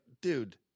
dude